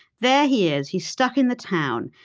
there he is. he's stuck in the town.